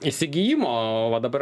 įsigijimo va dabar